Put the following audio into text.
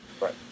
Right